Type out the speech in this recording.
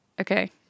Okay